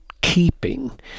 keeping